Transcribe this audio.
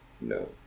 No